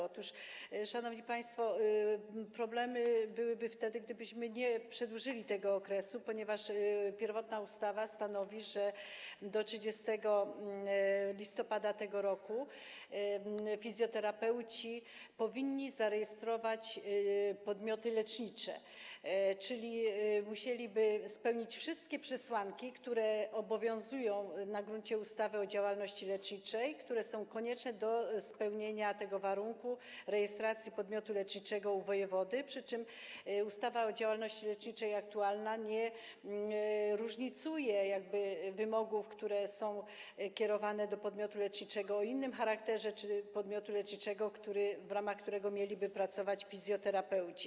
Otóż szanowni państwo, problemy byłyby wtedy, gdybyśmy nie przedłużyli tego okresu, ponieważ pierwotna ustawa stanowi, że do 30 listopada tego roku fizjoterapeuci powinni zarejestrować podmioty lecznicze, czyli musieliby spełnić wszystkie przesłanki, które obowiązują na gruncie ustawy o działalności leczniczej, konieczne do spełnienia warunku rejestracji podmiotu leczniczego u wojewody, przy czym aktualna ustawa o działalności leczniczej nie różnicuje wymogów, które są kierowane do podmiotu leczniczego o innym charakterze czy podmiotu leczniczego, w ramach którego mieliby pracować fizjoterapeuci.